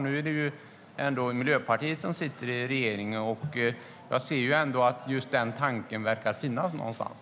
Nu är det ändå Miljöpartiet som sitter i regeringen, och jag ser att just den tanken verkar finnas någonstans.